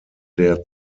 der